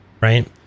right